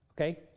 Okay